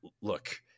look